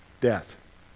Death